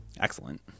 excellent